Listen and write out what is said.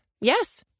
Yes